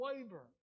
waver